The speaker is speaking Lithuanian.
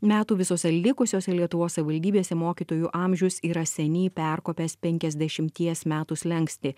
metų visose likusiose lietuvos savivaldybėse mokytojų amžius yra seniai perkopęs penkiasdešimties metų slenkstį